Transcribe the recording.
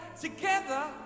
together